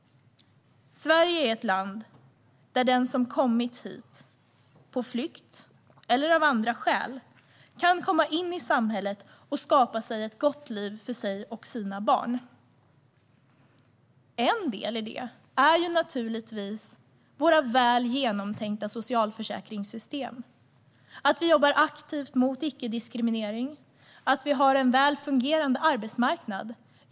Sverige är ett land där den som kommit hit, på flykt eller av andra skäl, kan komma in i samhället och skapa sig ett gott liv för sig och sina barn. En del i detta är naturligtvis våra väl genomtänkta socialförsäkringssystem, liksom att vi jobbar aktivt mot diskriminering och att vi har en väl fungerande arbetsmarknad.